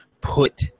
put